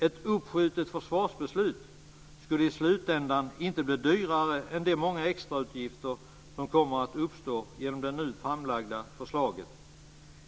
Ett uppskjutet försvarsbeslut skulle i slutändan inte bli dyrare än det blir med de många extrautgifter som kommer att uppstå genom det nu framlagda förslaget.